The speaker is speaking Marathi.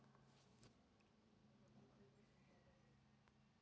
हर महिन्याले माह्या खात्यातून कर्जाचे कितीक पैसे कटन?